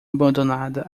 abandonada